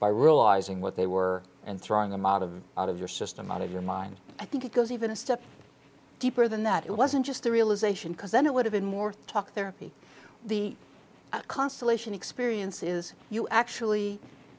by realizing what they were and throwing them out of out of your system out of your mind i think it goes even a step deeper than that it wasn't just the realisation because then it would have been more talk therapy the consolation experience is you actually